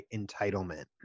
entitlement